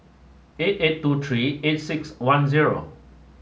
eight eight two three eight six one zero